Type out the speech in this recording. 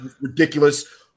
Ridiculous